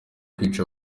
kwica